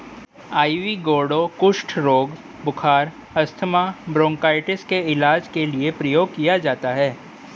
ivy gourd कुष्ठ रोग, बुखार, अस्थमा, ब्रोंकाइटिस के इलाज के लिए प्रयोग किया जाता है